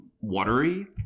watery